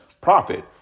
profit